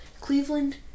Cleveland